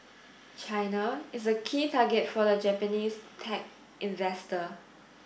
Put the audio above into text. China is a key target for the Japanese tech investor